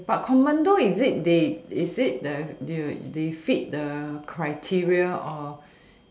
okay but commando is it they is it there they they fit the criteria or